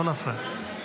לא להפריע.